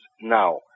now